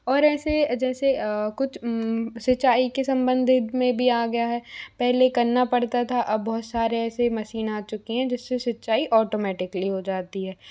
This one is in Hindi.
और ऐसे जैसे कुछ सिंचाई के संबंधित में भी आ गया है पहले करना पड़ता था अब बहुत सारे ऐसी मशीन आ चुकी हैं जिससे सिंचाई ऑटोमैटिकली हो जाती है